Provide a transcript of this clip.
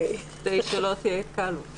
כדי שלא תהיה התקהלות.